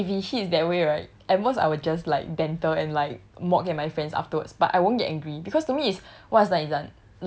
as in if it hits that way right at most I will just like banter and like mock at my friends afterwards but I won't get angry because to me is